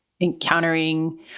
encountering